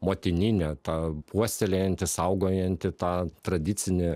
motininė ta puoselėjanti saugojanti tą tradicinį